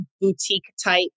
boutique-type